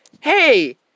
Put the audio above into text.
Hey